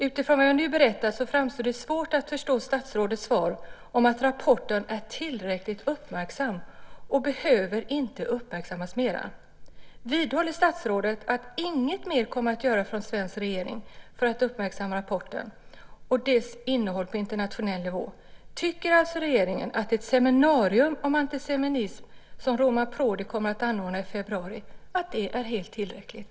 Utifrån vad jag nu berättat så framstår det svårt att förstå statsrådets svar om att rapporten är tillräckligt uppmärksammad och inte behöver uppmärksammas mera. Vidhåller statsrådet att inget mera kommer att göras från svensk regering för att uppmärksamma rapporten och dess innehåll på internationell nivå? Tycker alltså regeringen att det seminarium om antisemitism som Romani Prodi kommer att anordna i februari är helt tillräckligt?